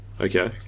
Okay